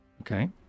Okay